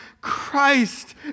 Christ